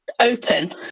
open